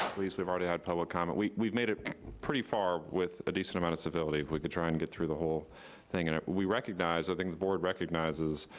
please, we've already had public comment. we've we've made it pretty far with a decent amount of civility. if we could try to and get through the whole thing, and we recognize, i think the board recognizes,